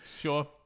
Sure